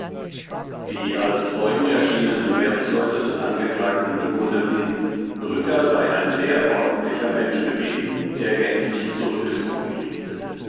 die als zeugen erschienenen wirtsleute des angeklagten bekundeten rücker sei ein sehr ordentlicher mensch gewesen der gänzlich zurückgezogen lebte